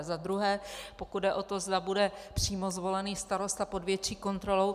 Za druhé, pokud jde o to, zda bude přímo zvolený starosta pod větší kontrolou.